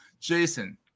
Jason